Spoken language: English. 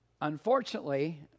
unfortunately